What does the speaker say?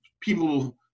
people